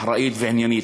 אחראית ועניינית.